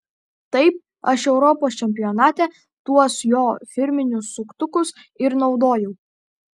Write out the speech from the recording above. taip aš europos čempionate tuos jo firminius suktukus ir naudojau